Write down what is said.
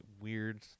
weird